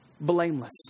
blameless